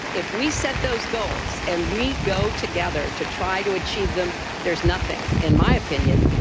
if we set those goals and we go together to try to achieve them, there is nothing, in my opinion,